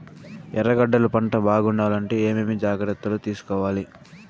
ఎర్రగడ్డలు పంట బాగుండాలంటే ఏమేమి జాగ్రత్తలు తీసుకొవాలి?